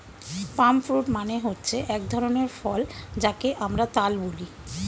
পাম fruit মানে হচ্ছে এক ধরনের ফল যাকে আমরা তাল বলি